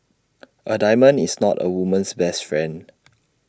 A diamond is not A woman's best friend